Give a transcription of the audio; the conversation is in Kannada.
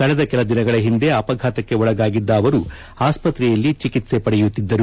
ಕಳೆದ ಕೆಲ ದಿನಗಳ ಹಿಂದೆ ಅಪಘಾತಕ್ಕೆ ಒಳಗಾಗಿದ್ದ ಅವರು ಆಸ್ಪತ್ರೆಯಲ್ಲಿ ಚಿಕಿತ್ಸೆ ಪಡೆಯುತ್ತಿದ್ದರು